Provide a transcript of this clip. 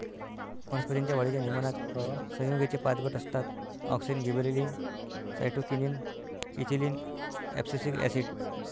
वनस्पतीं च्या वाढीच्या नियमनात संयुगेचे पाच गट असतातः auxin, gibberellin, cytokinin, ethylene, abscisic acid